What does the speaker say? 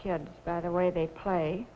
kids by the way they play